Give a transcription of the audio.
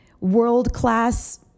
world-class